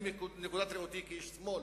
אני מנקודת ראותי כאיש שמאל.